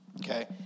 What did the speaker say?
okay